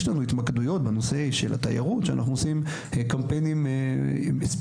יש לנו התמקדויות בנושא של התיירות שאנחנו עושים קמפיינים ספציפיים,